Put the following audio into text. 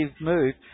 move